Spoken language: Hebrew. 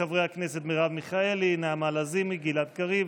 חברי הכנסת מרב מיכאל, נעמה לזימי, גלעד קריב